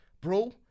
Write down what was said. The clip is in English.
bro